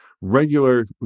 regular